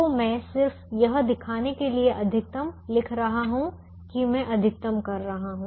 तो मैं सिर्फ यह दिखाने के लिए अधिकतम लिख रहा हूं कि मैं अधिकतम कर रहा हूं